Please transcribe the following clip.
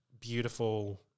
beautiful